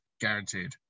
Guaranteed